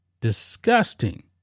disgusting